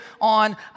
on